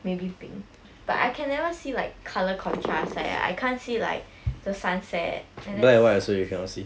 maybe pink but I can never see like colour contrasts eh I can't see like the sunset and that's s~